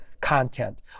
content